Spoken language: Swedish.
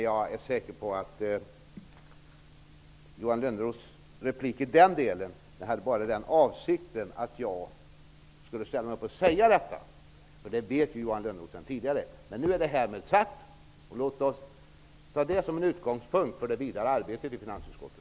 Jag är säker på att hans replik i den delen bara hade avsikten att få mig att ställa mig upp och säga detta. Johan Lönnroth vet ju vad vi tycker sedan tidigare. Härmed är det sagt. Låt oss ta det som en utgångspunkt för vidare arbete i finansutskottet.